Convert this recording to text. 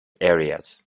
areas